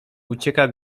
ucieka